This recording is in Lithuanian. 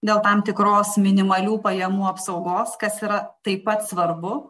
dėl tam tikros minimalių pajamų apsaugos kas yra taip pat svarbu